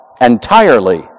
Entirely